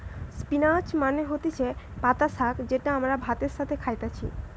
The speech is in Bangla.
স্পিনাচ মানে হতিছে পাতা শাক যেটা আমরা ভাতের সাথে খাইতেছি